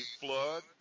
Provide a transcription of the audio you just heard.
flood